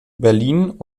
berlin